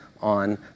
on